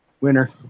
Winner